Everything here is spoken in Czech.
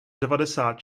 devadesát